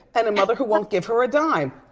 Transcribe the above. and a mother who won't give her a dime.